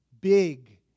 big